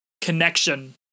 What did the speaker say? Connection